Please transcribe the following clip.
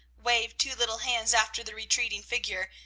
waved two little hands after the retreating figure,